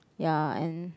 ya and